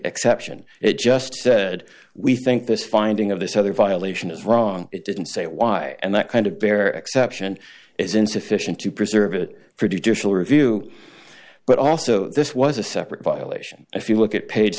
exception it just said we think this finding of this other violation is wrong it didn't say why and that kind of bear exception is insufficient to preserve it for judicial review but also this was a separate violation if you look at pa